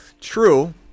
True